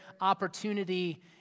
opportunity